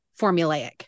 formulaic